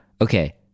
Okay